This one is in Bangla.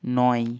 নয়